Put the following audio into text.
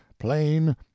plain